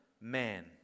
Man